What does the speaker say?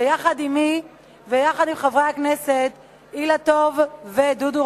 ויחד עמי ויחד עם חברי הכנסת אילטוב ודודו